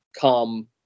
come